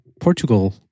Portugal